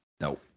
No